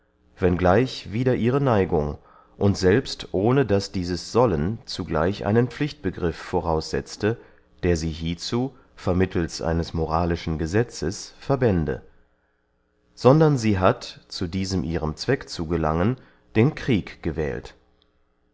gleich wider ihre neigung und selbst ohne daß dieses sollen zugleich einen pflichtbegriff voraussetzte der sie hiezu vermittelst eines moralischen gesetzes verbände sondern sie hat zu diesem ihrem zweck zu gelangen den krieg gewählt